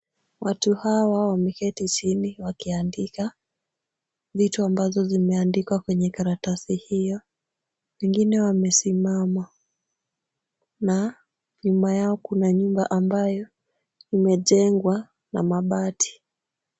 Watu hawa wameketi chini wakiandika vitu ambazo zimeandikwa kwenye karatasi hiyo. Wengine wamesimama na nyuma yao kuna nyumba ambayo imejengwa na mabati.